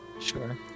Sure